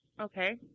Okay